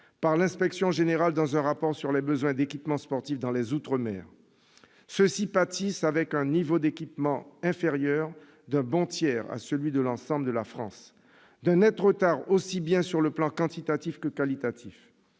par l'inspection générale dans un rapport sur les besoins d'équipements sportifs dans les outre-mer. Ceux-ci pâtissent, avec un niveau d'équipement inférieur d'un bon tiers à celui de l'ensemble de la France, d'un net retard aussi bien sur le plan quantitatif que qualitatif.